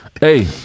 Hey